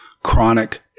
Chronic